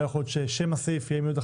לא יכול להיות ששם הסעיף יהיה עם יו"ד